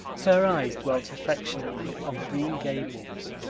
her eyes dwelt affectionately on green gables,